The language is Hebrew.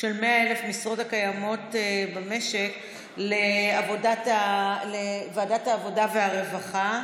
של 100,000 משרות הקיימות במשק לוועדת העבודה והרווחה.